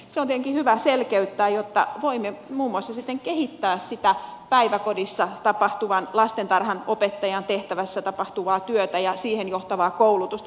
se on tietenkin hyvä selkeyttää jotta voimme sitten muun muassa kehittää sitä päiväkodissa lastentarhanopettajan tehtävässä tapahtuvaa työtä ja siihen johtavaa koulutusta